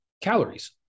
calories